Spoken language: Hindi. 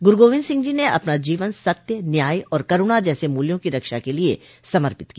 गुरु गोबिन्द सिंह ने अपना जीवन सत्य न्याय और करुणा जैसे मूल्यों की रक्षा के लिये समर्पित किया